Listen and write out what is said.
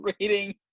reading